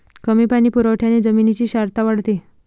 कमी पाणी पुरवठ्याने जमिनीची क्षारता वाढते